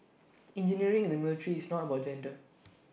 engineering in the military is not about gender